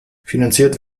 finanziert